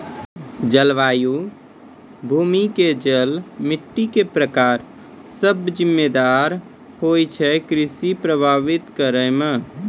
जलवायु, भूमि के जल, मिट्टी के प्रकार सब जिम्मेदार होय छै कृषि कॅ प्रभावित करै मॅ